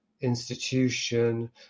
institution